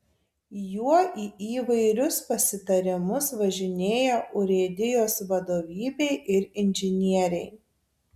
juo į įvairius pasitarimus važinėja urėdijos vadovybė ir inžinieriai